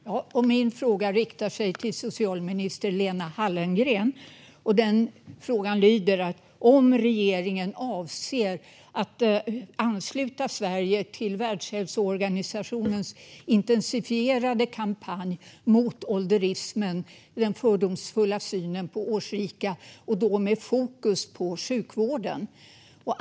Fru talman! Min fråga riktar sig till socialminister Lena Hallengren. Den lyder: Avser regeringen att ansluta Sverige till Världshälsoorganisationens intensifierade kampanj mot ålderismen, den fördomsfulla synen på årsrika, och då med fokus på sjukvården?